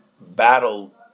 battle